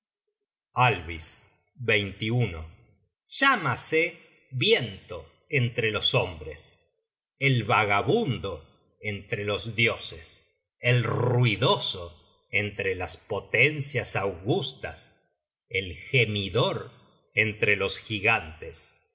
al vis llámase viento entre los hombres el vagabundo entre los dioses el ruidoso entre las potencias augustas el gemidor entre los gigantes